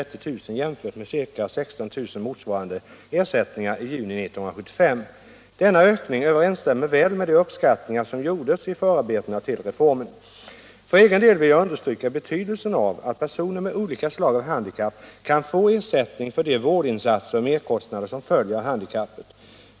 För egen del vill jag understryka betydelsen av att personer med olika slag av handikapp kan få ersättning för de vårdinsatser och merkostnader som följer av handikappet.